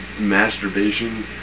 masturbation